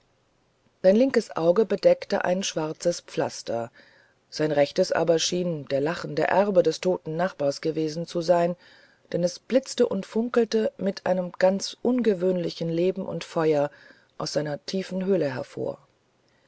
sein linkes auge bedeckte ein schwarzes pflaster sein rechtes aber schien der lachende erbe des toten nachbars gewesen zu sein denn es blitzte und funkelte mit einem ganz ungewöhnlichen leben und feuer aus seiner tiefen höhle hervor